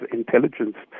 intelligence